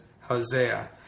Hosea